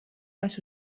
más